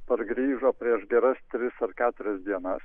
pargrįžo prieš geras tris ar keturias dienas